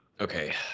okay